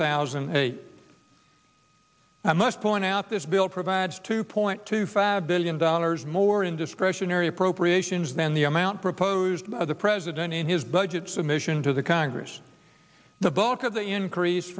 thousand and eight i must point out this bill provides two point two five billion dollars more in discretionary appropriations than the amount proposed by the president in his budget submission to the congress the bulk of the increase